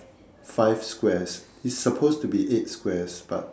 five squares it's supposed to be eight squares but